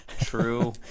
True